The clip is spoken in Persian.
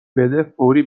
بده، فوری